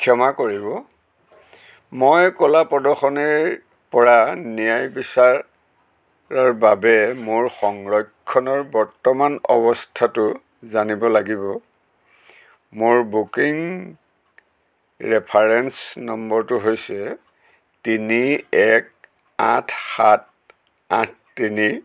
ক্ষমা কৰিব মই কলা প্ৰদৰ্শনীৰপৰা ন্যায়বিচাৰৰ বাবে মোৰ সংৰক্ষণৰ বৰ্তমান অৱস্থাটো জানিব লাগিব মোৰ বুকিং ৰেফাৰেন্স নম্বৰটো হৈছে তিনি এক আঠ সাত আঠ তিনি